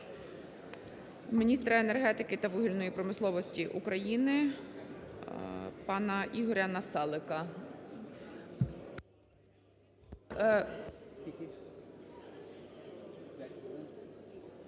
міністра енергетики та вугільної промисловості України пана Ігоря Насалика.